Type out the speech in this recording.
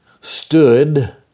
stood